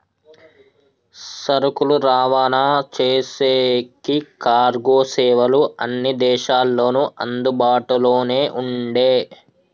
సరుకులు రవాణా చేసేకి కార్గో సేవలు అన్ని దేశాల్లోనూ అందుబాటులోనే ఉండే